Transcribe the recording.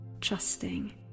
trusting